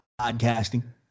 podcasting